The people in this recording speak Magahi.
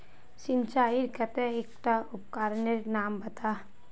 सिंचाईर केते एकटा उपकरनेर नाम बता?